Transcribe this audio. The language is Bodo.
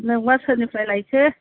नोंबा सोरनिफ्राय लायखो